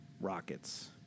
Rockets